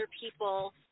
people